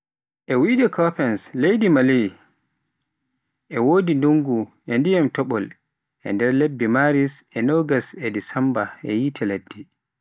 E wiyde Koppens leydi Maley, e wodi ndungu e dyiman topol e nder lebbe Maris e nogas e Desemba e yiite ladde.